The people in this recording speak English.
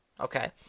Okay